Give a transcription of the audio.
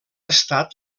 estat